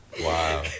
Wow